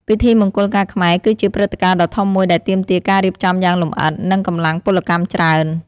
ពិធីមង្គលការខ្មែរ គឺជាព្រឹត្តិការណ៍ដ៏ធំមួយដែលទាមទារការរៀបចំយ៉ាងលម្អិត និងកម្លាំងពលកម្មច្រើន។